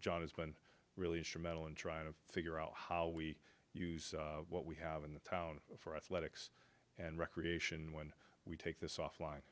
john has been really instrumental in trying to figure out how we use what we have in the town for us lennox and recreation when we take this offline